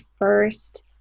first